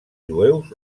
jueus